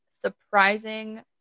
surprising